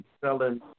selling